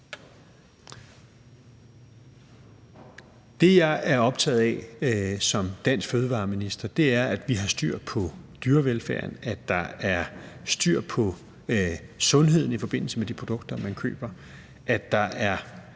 som jeg er optaget af som dansk fødevareminister, er, at vi har styr på dyrevelfærden, at der er styr på sundheden i forbindelse med de produkter, man køber, at der er